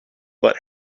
let